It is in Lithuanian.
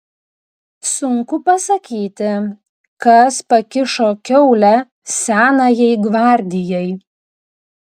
sunku pasakyti kas pakišo kiaulę senajai gvardijai